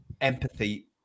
empathy